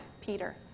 Peter